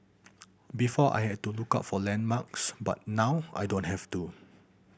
before I had to look out for landmarks but now I don't have to